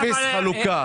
אפס חלוקה.